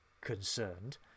concerned